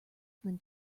than